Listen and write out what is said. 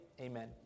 Amen